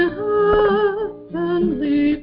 heavenly